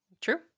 true